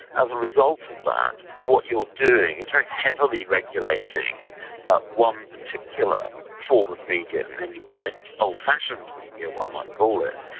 as a result of that, what you're doing is very heavily regulating regulating ah one particular form of media, namely print, old-fashioned media one might call it,